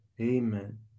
Amen